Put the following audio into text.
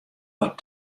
wat